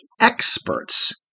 experts